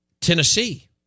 Tennessee